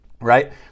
right